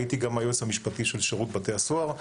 הייתי גם היועץ המשפטי של שירות בתי הסוהר,